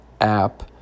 app